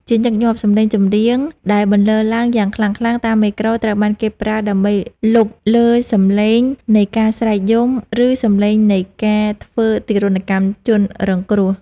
ជាញឹកញាប់ សម្លេងចម្រៀងដែលបន្លឺឡើងយ៉ាងខ្លាំងៗតាមមេក្រូ ត្រូវបានគេប្រើដើម្បីលុបលើសម្លេងនៃការស្រែកយំ ឬសម្លេងនៃការធ្វើទារុណកម្មជនរងគ្រោះ